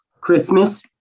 Christmas